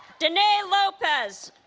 danae lopez